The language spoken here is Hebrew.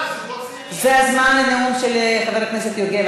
זה הזמן של הנאום של חבר הכנסת יוגב.